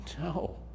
no